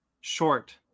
short